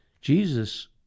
Jesus